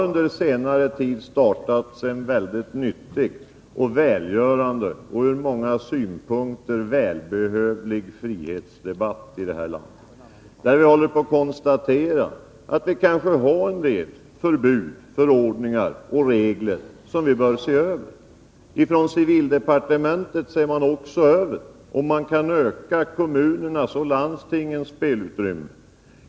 Under senare tid har det börjat föras en välgörande och ur många synpunkter välbehövlig frihetsdebatt i det här landet. Vi börjar fråga oss om vi ändå inte har en del förbud, förordningar och regler som vi bör se över. Exempelvis undersöker man nu inom civildepartementet om man kan öka kommunernas och landstingens spelutrymme.